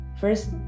First